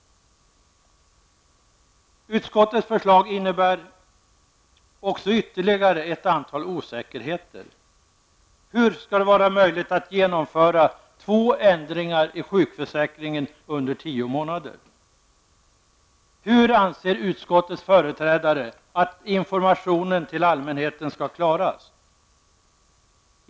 Utskottets förslag innebär också ytterligare ett antal osäkerheter. Hur skall man kunna genomföra två ändringar i sjukförsäkringen inom tio månader? Hur anser utskottets företrädare att informationen till allmänheten skall klaras?